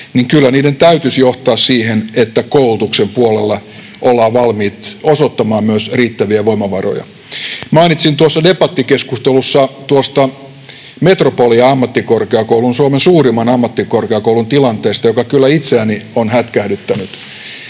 niin kyllä niiden täytyisi johtaa siihen, että koulutuksen puolella ollaan valmiit osoittamaan myös riittäviä voimavaroja. Mainitsin debattikeskustelussa Metropolia Ammattikorkeakoulun, Suomen suurimman ammattikorkeakoulun, tilanteesta, joka kyllä itseäni on hätkähdyttänyt.